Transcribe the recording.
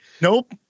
Nope